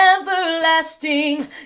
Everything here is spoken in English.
everlasting